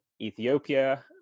ethiopia